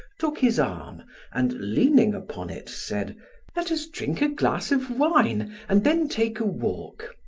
took his arm and leaning upon it, said let us drink a glass of wine and then take a walk.